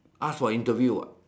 ask for interview what